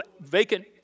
vacant